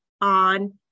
on